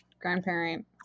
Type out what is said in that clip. grandparent